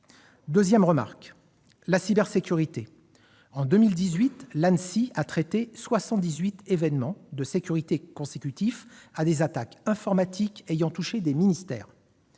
deuxième remarque a trait à la cybersécurité. En 2018, l'Anssi a traité 78 événements de sécurité consécutifs à des attaques informatiques ayant touché des ministères.